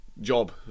job